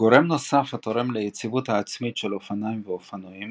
גורם נוסף התורם ליציבות העצמית של אופניים ואופנועים